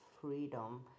freedom